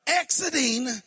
exiting